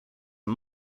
are